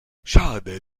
schade